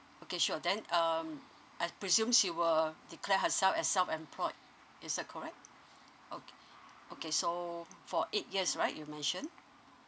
okay sure then um I presume she will declared herself as self employed is that correct oh okay so for eight years right you mentioned